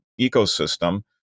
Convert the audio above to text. ecosystem